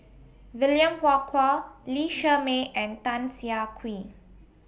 William Farquhar Lee Shermay and Tan Siah Kwee